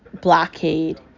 blockade